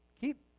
keep